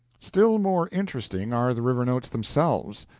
still more interesting are the river notes themselves.